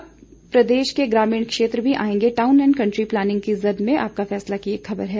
अब प्रदेश के ग्रामीण क्षेत्र भी आएंगे टाउन एंड कंटरी प्लानिंग की जद में आपका फैसला की एक ख ाबर है